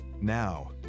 Now